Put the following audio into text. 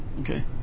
Okay